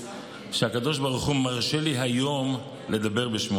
שהקדוש ברוך הוא מרשה לי היום לדבר בשמו.